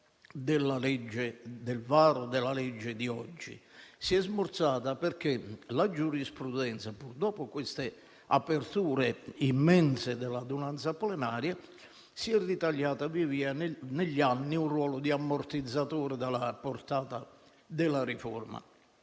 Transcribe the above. del varo della legge di oggi. Si è smorzata perché la giurisprudenza, dopo le aperture immense dell'adunanza plenaria, si è ritagliata via via, negli anni, un ruolo di ammortizzatore dalla portata della riforma,